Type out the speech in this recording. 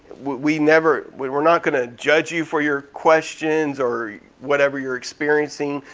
we never, we're not gonna judge you for your questions or whatever you're experiencing.